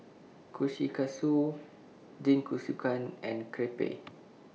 Kushikatsu Jingisukan and Crepe